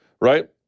right